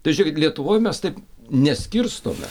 tai žiūrėkit lietuvoj mes taip neskirstome